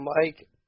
Mike